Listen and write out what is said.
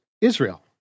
Israel